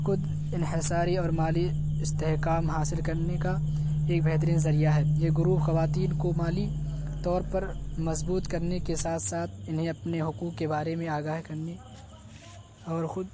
خود انحصاری اور مالی استحکام حاصل کرنے کا ایک بہترین ذریعہ ہے یہ گروہ خواتین کو مالی طور پر مضبوط کرنے کے ساتھ ساتھ انہیں اپنے حقوق کے بارے میں آگاہ کرنے اور خود